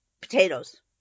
potatoes